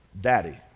Daddy